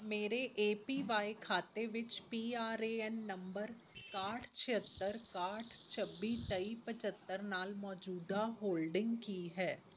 ਮੇਰੇ A P Y ਖਾਤੇ ਵਿੱਚ P R A N number ਇਕਾਹਠ ਛਿਹੱਤਰ ਇਕਾਹਠ ਛੱਬੀ ਤੇਈ ਪੰਝੱਤਰ ਨਾਲ ਮੌਜੂਦਾ ਹੋਲਡਿੰਗ ਕੀ ਹੈ